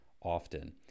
often